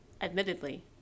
admittedly